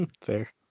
Fair